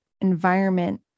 environment